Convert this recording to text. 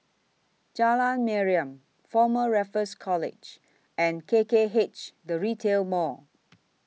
Jalan Mariam Former Raffles College and K K H The Retail Mall